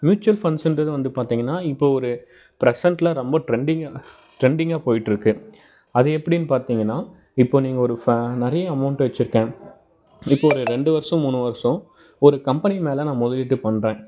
mutual ஃபண்ட்ஸுன்றது வந்து பார்த்தீங்கன்னா இப்போ ஒரு ப்ரசண்ட்டில ரொம்ப டிரெண்டிங்காக டிரெண்டிங்காக போயிட்டுருக்கு அது எப்படின்னு பார்த்தீங்கன்னா இப்போ நீங்கள் ஒரு ஃப நிறைய அமௌண்ட் வச்சுருக்கேன் இப்போ ஒரு ரெண்டு வருஷம் மூணு வருஷம் ஒரு கம்பெனி மேலே நான் முதலீட்டு பண்ணுறேன்